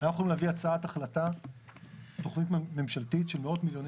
נביא הצעת החלטה לתוכנית ממשלתית של מאות מיליוני